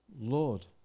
Lord